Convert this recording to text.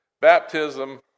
baptism